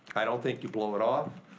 i don't think you blow it off,